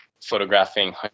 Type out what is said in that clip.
photographing